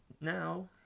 now